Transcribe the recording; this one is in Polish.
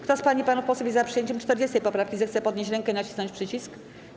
Kto z pań i panów posłów jest za przyjęciem 40. poprawki, zechce podnieść rękę i nacisnąć przycisk.